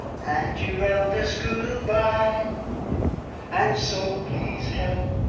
that your elders grew by and so please help